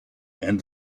and